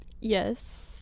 yes